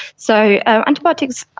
so antibiotics,